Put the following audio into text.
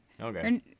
Okay